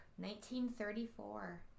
1934